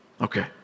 Okay